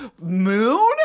moon